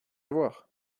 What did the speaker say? avoir